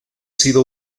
sido